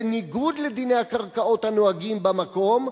בניגוד לדיני הקרקעות הנוהגים במקום,